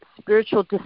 spiritual